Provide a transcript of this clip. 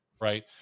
right